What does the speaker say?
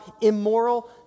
immoral